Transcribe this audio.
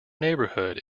neighbourhood